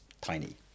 tiny